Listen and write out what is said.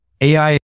AI